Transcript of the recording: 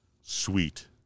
sweet